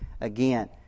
again